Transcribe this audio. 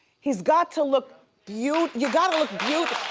he's got to look beaut, you gotta look beaut.